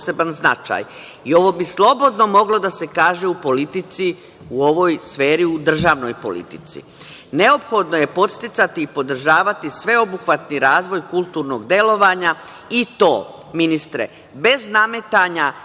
i ovo bi slobodno moglo da se kaže – u politici, u ovoj sferi u državnoj politici. Neophodno je podsticati i podržavati sveobuhvatni razvoj kulturnog delovanja i to, ministre, bez nametanja